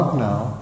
now